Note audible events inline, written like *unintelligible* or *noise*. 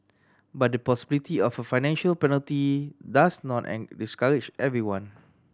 but the possibility of a financial penalty does not *unintelligible* discourage everyone